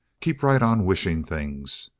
keep right on wishing things.